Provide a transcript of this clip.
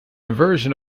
inversion